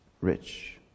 rich